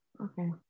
Okay